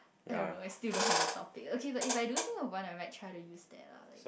I don't know I still don't have a topic okay but if I do think of one I might try to use that ah like